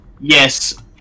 Yes